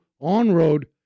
on-road